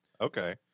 okay